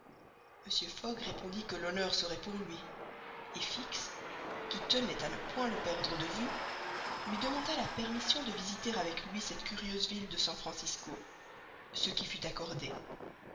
mr fogg répondit que l'honneur serait pour lui et fix qui tenait à ne point le perdre de vue lui demanda la permission de visiter avec lui cette curieuse ville de san francisco ce qui fut accordé